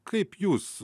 kaip jūs